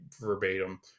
verbatim